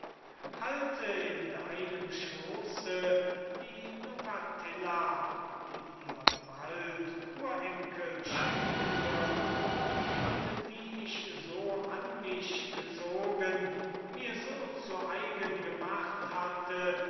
halte in deinem schooße die novatilla die dir bald urenkel schenken wird und die ich so an mich gezogen mir so zu eigen gemacht hatte